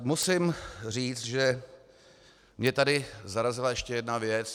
Musím říct, že mě tady zarazila ještě jedna věc.